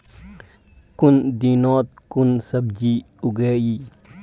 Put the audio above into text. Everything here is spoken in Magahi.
कुन दिनोत कुन सब्जी उगेई?